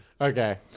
okay